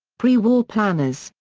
pre-war planners,